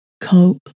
cope